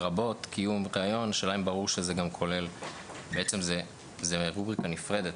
לרבות קיום ריאיון" זה בעצם רובריקה נפרדת,